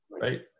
Right